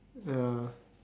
ya